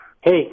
Hey